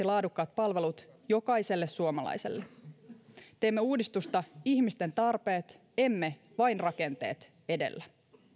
laadukkaat palvelut jokaiselle suomalaiselle teemme uudistusta ihmisten tarpeet emme vain rakenteet edellä